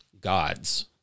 gods